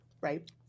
Right